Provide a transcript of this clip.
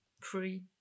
free